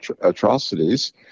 atrocities